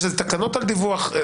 יש תקנות על דיווח.